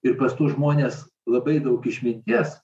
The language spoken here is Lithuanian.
ir pas tuos žmones labai daug išminties